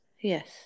Yes